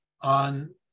on